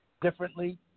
differently